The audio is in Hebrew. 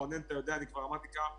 רונן, אתה יודע, אני אמרתי כבר כמה פעמים,